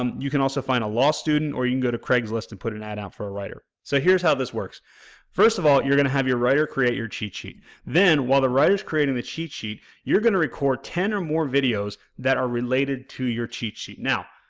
um you can also find a law student or you can go to craigslist and put an ad out for a writer. so, here's how this works first of all, you're going to have your writer create your cheat sheet then while the writer's creating the cheat sheet, you're going to record ten more videos that are related to your cheat sheet. now,